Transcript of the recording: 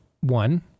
One